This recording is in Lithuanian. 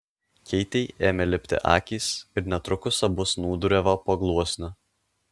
keitei ėmė lipti akys ir netrukus abu snūduriavo po gluosniu